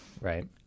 right